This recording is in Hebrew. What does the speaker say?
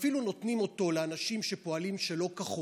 ואפילו נותנים אותו לאנשים שפועלים שלא כחוק.